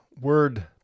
word